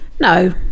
no